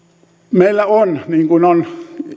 meillä on niin kuin on